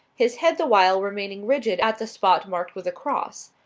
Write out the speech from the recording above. his head the while remaining rigid at the spot marked with a cross.